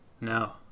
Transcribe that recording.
No